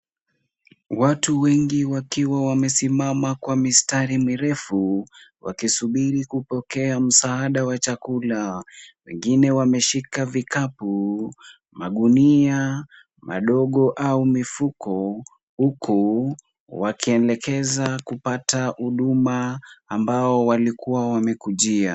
Watu wengi wakiwa wamesimama kwa mistari mirefu, wakisubiri kupokea msaada wa chakula. Wengine wameshika vikapu, magunia madogo au mifuko, huku wakielekeza kupata huduma ambao walikuwa wamekujia.